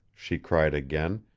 she cried again.